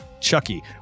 chucky